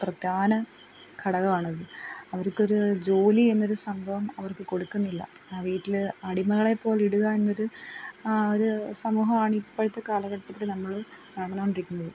പ്രധാന ഘടകം ആണത് അവർക്കൊരു ജോലി എന്നൊരു സംഭവം അവർക്ക് കൊടുക്കുന്നില്ല ആ വീട്ടിൽ അടിമകളെ പോലെ ഇടുക എന്നൊരു ഒരു സമൂഹം ആണ് ഇപ്പോഴത്തെ കാലഘട്ടത്തിൽ നമ്മൾ നടന്നുകൊണ്ടിരിക്കുന്നത്